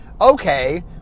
okay